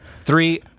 Three